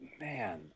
man